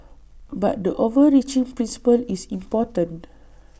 but the overreaching principle is important